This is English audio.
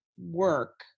work